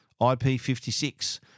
IP56